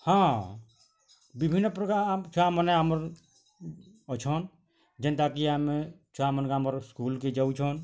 ହଁ ବିଭିନ୍ନ ପ୍ରକାର ଛୁଆ ମାନେ ଆମର ଅଛନ୍ ଯେନ୍ତାକି ଆମେ ଛୁଆ ମାନ୍କୁ ଆମର୍ ସ୍କୁଲ୍କେ ଯାଉଛନ୍